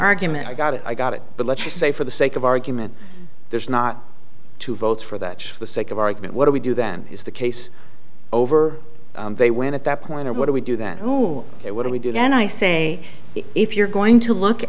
argument i got it i got it but let's just say for the sake of argument there's not two votes for that the sake of argument what do we do then is the case over they win at that point or what do we do that who would we do then i say if you're going to look